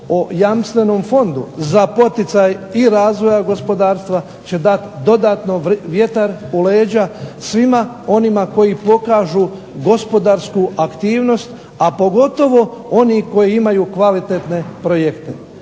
o jamstvenom fondu za poticaj i razvoja gospodarstva će dati dodatno vjetar u leđa svima onima koji pokažu gospodarsku aktivnost, a pogotovo oni koji imaju kvalitetne projekte.